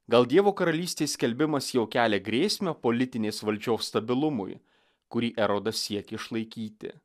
gal dievo karalystės skelbimas jau kelia grėsmę politinės valdžios stabilumui kurį erodas siekė išlaikyti